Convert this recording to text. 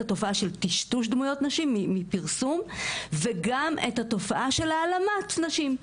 התופעה של טשטוש דמויות נשים מפרסום וגם את התופעה של העלמת נשים,